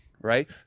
right